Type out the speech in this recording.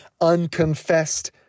unconfessed